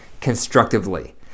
constructively